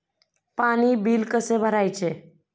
पाणी बिल कसे भरायचे?